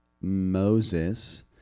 Moses